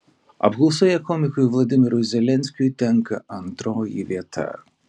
apklausoje komikui vladimirui zelenskiui tenka antroji vieta